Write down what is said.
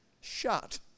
shut